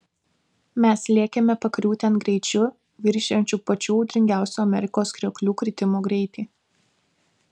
mes lėkėme pakriūtėn greičiu viršijančiu pačių audringiausių amerikos krioklių kritimo greitį